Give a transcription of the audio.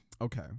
Okay